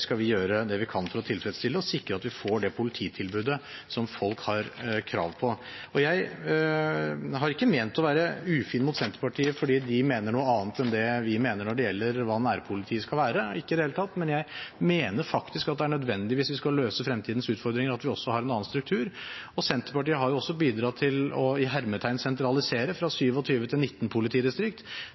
vi kan for å tilfredsstille behovet og sikre at vi får det polititilbudet som folk har krav på. Jeg har ikke ment å være ufin mot Senterpartiet fordi de mener noe annet enn det vi mener når det gjelder hva nærpolitiet skal være – ikke i det hele tatt. Jeg mener faktisk at det er nødvendig, hvis vi skal løse fremtidens utfordringer, at vi også har en annen struktur. Senterpartiet har også bidratt til å «sentralisere» fra 27 til 19 politidistrikt.